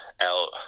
out